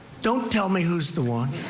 don't tell me who's the one.